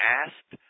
asked